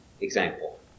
example